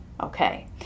Okay